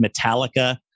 Metallica